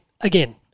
again